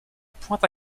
pointe